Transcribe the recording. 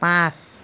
পাঁচ